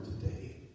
today